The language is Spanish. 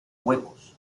huecos